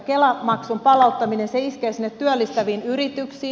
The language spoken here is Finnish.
kela maksun palauttaminen iskee sinne työllistäviin yrityksiin